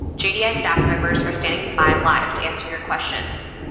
jdi staff members are standing by live to answer your questions.